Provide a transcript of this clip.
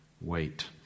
Wait